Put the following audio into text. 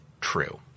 true